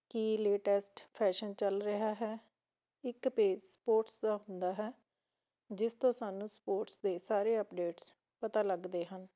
ਕੀ latest fashion ਚੱਲ ਰਿਹਾ ਹੈ ਇੱਕ ਪੇਜ ਸਪੋਰਟਸ ਦਾ ਹੁੰਦਾ ਹੈ ਜਿਸ ਤੋਂ ਸਾਨੂੰ ਸਪੋਰਟਸ ਦੇ ਸਾਰੇ ਅਪਡੇਟਸ ਪਤਾ ਲੱਗਦੇ ਹਨ